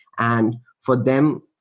and for them,